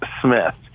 Smith